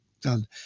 done